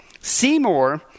Seymour